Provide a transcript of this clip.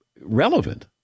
relevant